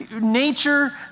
Nature